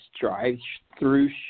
drive-through